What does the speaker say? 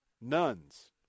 Nuns